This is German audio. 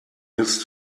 ist